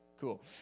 Cool